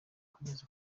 kugeza